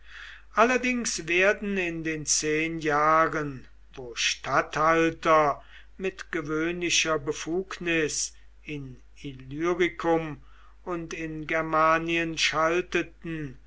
allerdings werden in den zehn jahren wo statthalter mit gewöhnlicher befugnis in illyricum und in germanien schalteten